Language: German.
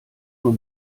nur